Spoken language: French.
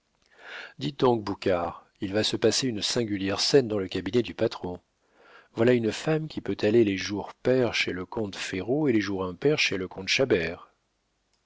donc boucard il va se passer une singulière scène dans le cabinet du patron voilà une femme qui peut aller les jours pairs chez le comte ferraud et les jours impairs chez le comte